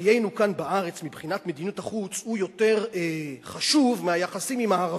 בחיינו כאן בארץ מבחינת מדיניות החוץ הוא יותר חשוב מהיחסים עם הערבים?